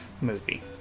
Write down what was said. movie